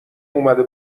اومده